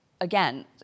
Again